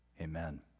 amen